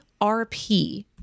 RP